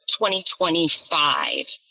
2025